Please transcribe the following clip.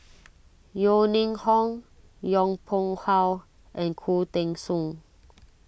Yeo Ning Hong Yong Pung How and Khoo Teng Soon